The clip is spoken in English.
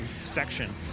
section